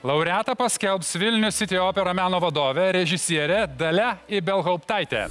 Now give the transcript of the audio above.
laureatą paskelbs vilnius city opera meno vadovė režisierė dalia ibelhauptaite